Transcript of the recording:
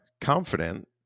confident